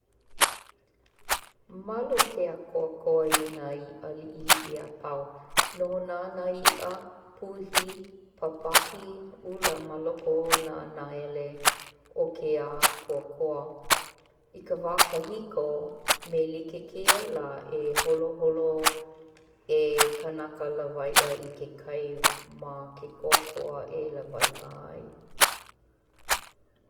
Malu ke akoakoa i nā iʻa liʻiliʻi apau. Nohonā nā iʻa, puhi, papaʻi, ula ma loko o nā naele o ke akoakoa. I ka wā kahiko me like kēia lā, e holoholo e kanaka lawaiʻa i ke kai ma ke akoakoa e lawaiʻa ai.